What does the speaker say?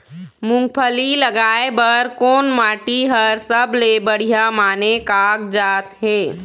मूंगफली लगाय बर कोन माटी हर सबले बढ़िया माने कागजात हे?